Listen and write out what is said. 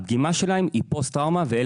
ושהפגיעה שלהם היא הלם קרב ופוסט-טראומה.